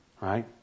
Right